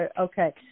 Okay